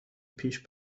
پیش